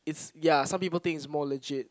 ya some people think it's more legit